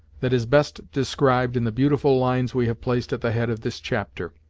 that is best described in the beautiful lines we have placed at the head of this chapter.